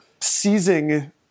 seizing